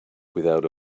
without